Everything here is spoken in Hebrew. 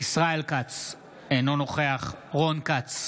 ישראל כץ, אינו נוכח רון כץ,